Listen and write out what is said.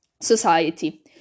society